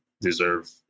deserve